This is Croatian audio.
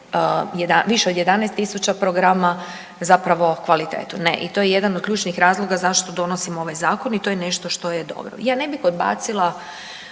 više od 11.000 programa zapravo kvalitetu, ne i to je jedan od ključnih razloga zašto donosimo ovaj zakon i to je nešto što je dobro. Ja ne bih odbacila